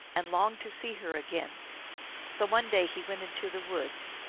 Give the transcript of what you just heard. and longed to see her again so one day he went into the woods,